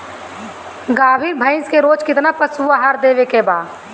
गाभीन भैंस के रोज कितना पशु आहार देवे के बा?